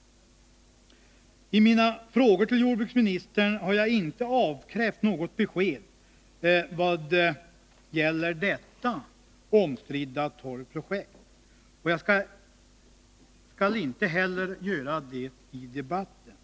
a I mina frågor till jordbruksministern har jag inte avkrävt något besked vad gäller detta omstridda torvprojekt, och jag skall inte heller göra det i debatten.